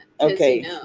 okay